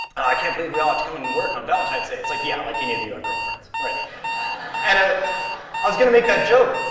i can't believe we all have to come into work on valentine's day. it's like, yeah, like any of you have girlfriends. and ah i was gonna make that joke,